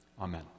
Amen